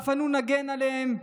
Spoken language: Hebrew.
אף אנו נגן עליהם,